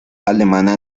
alemana